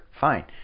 fine